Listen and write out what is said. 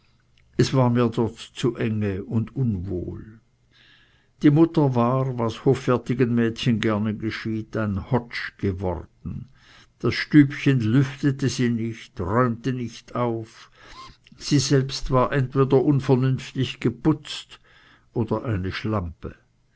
es war mir zu enge dort und unwohl die mutter war was hoffärtigen mädchen gerne geschieht eine hotsch geworden das stübchen lüftete sie nicht räumte nicht auf sie selbst war entweder unvernünftig geputzt oder eine schlampe